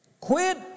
Quit